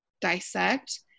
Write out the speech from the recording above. dissect